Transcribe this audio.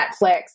Netflix